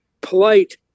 polite